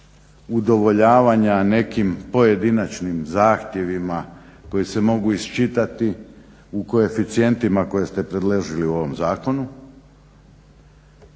udovoljavanja nekim pojedinačnim zahtjevima koji se mogu iščitati u koeficijentima koje ste predložili u ovom zakonu.